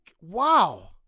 wow